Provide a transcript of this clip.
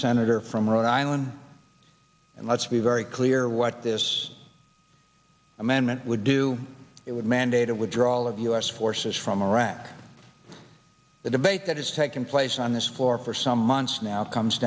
senator from rhode island and let's be very clear what this amendment would do it would mandate a withdrawal of u s forces from iraq the debate that has taken place on this floor for some months now comes